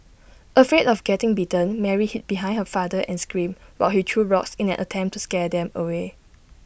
afraid of getting bitten Mary hid behind her father and screamed while he threw rocks in an attempt to scare them away